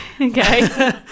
okay